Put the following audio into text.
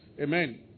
Amen